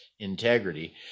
integrity